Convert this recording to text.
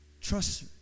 Trust